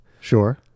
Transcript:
Sure